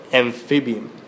amphibian